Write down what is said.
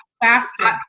faster